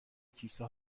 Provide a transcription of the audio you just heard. کیسه